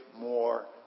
more